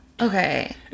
Okay